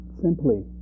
simply